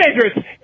dangerous